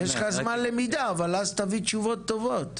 יש לך זמן למידה אבל אז תביא תשובות טובות.